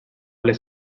les